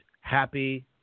happy